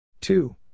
two